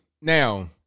now